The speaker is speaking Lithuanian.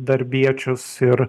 darbiečius ir